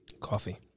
Coffee